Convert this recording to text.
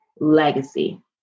legacy